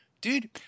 dude